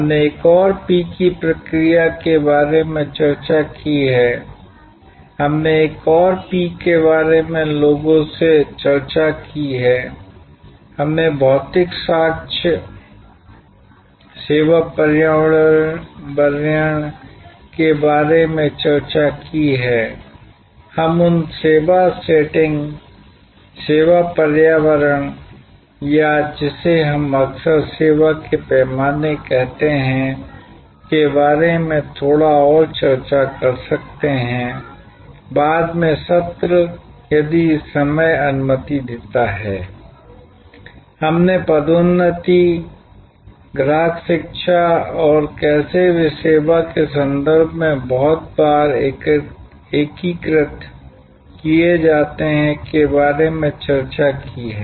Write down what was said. हमने एक और पी की प्रक्रिया के बारे में चर्चा की है हमने एक और पी के बारे में लोगों से चर्चा की है हमने भौतिक साक्ष्य सेवा पर्यावरण के बारे में चर्चा की है हम उन सेवा सेटिंग सेवा पर्यावरण या जिसे हम अक्सर सेवा के पैमाने कहते हैं के बारे में थोड़ा और चर्चा कर सकते हैं बाद में सत्र यदि समय अनुमति देता हैI हमने पदोन्नति ग्राहक शिक्षा और कैसे वे सेवा के संदर्भ में बहुत बार एकीकृत किए जाते हैं के बारे में चर्चा की है